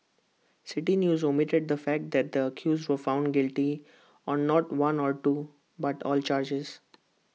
City News omitted the fact that the accused were found guilty on not one or two but all charges